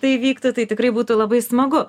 tai įvyktų tai tikrai būtų labai smagu